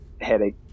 headache